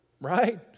right